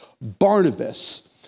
Barnabas